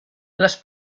les